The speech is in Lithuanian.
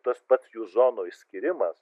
tas pats jų zonų išskyrimas